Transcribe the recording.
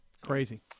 crazy